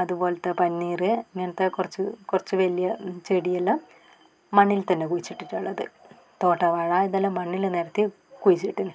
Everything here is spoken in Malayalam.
അതുപോലെത്തെ പനിനീർ അങ്ങനത്തെ കുറച്ച് കുറച്ച് വലിയ ചെടിയെല്ലാം മണ്ണിൽ തന്നെ കുഴിച്ചിട്ടിട്ടുള്ളത് തോട്ടവാഴ ഇതെല്ലാം മണ്ണിൽ നിരത്തി കുഴിച്ചിട്ടീന്